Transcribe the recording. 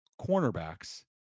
cornerbacks